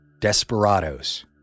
desperados